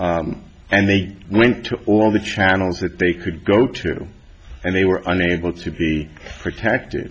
and they went to all the channels that they could go to and they were unable to be protected